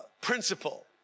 principle